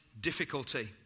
difficulty